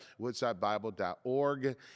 woodsidebible.org